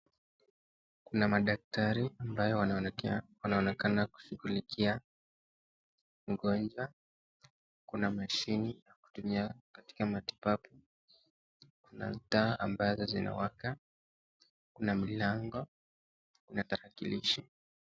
Kuna madaktari ambao wanaonekana kushughulikia mgonjwa. Kuna mashini wanayotumia katika matibabu. Kuna taa ambazo zinawaka, kuna milango na tarakilishi.